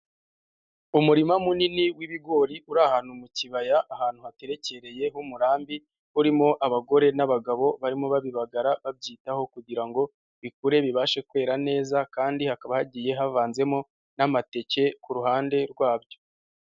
Umurima munini w'ibigori uri ahantu mu kibaya ahantu haterekereye h'umurambi, urimo abagore n'abagabo barimo babibaga babyitaho kugira ngo bikure bibashe kwera neza kandi hakaba hagiye havanzemo n'amateke ku ruhande rwabyo.